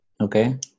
Okay